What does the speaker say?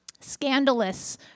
scandalous